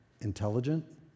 intelligent